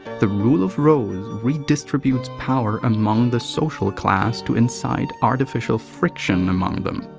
the rule of rose redistributes power among the social class to incite artificial friction among them.